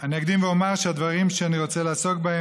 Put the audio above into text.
אני אקדים ואומר שהדברים שאני רוצה לעסוק בהם